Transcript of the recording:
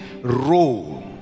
role